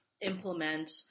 implement